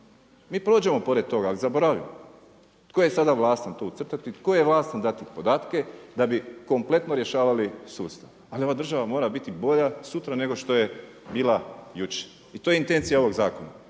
Mi prođemo pored toga ali zaboravimo. Tko je sada vlasnik, to ucrtati, tko je vlasnik dati podatke da bi kompletno rješavali sustav. Ali ova država mora biti bolja sutra nego šta je bila jučer. I to je intencija ovog zakona.